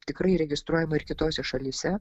tikrai registruojama ir kitose šalyse